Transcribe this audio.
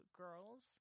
girls